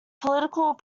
political